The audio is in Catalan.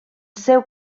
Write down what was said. seu